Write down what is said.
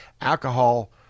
Alcohol